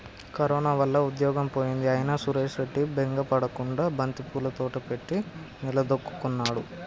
corona వల్ల ఉద్యోగం పోయింది అయినా సురేష్ రెడ్డి బెంగ పడకుండా బంతిపూల తోట పెట్టి నిలదొక్కుకున్నాడు